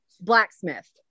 Blacksmith